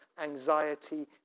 anxiety